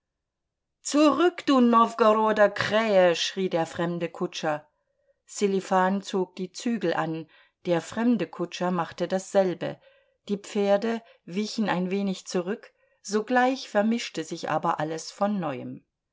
zurück du nowgoroder krähe schrie der fremde kutscher sselifan zog die zügel an der fremde kutscher machte dasselbe die pferde wichen ein wenig zurück sogleich vermischte sich aber alles von neuem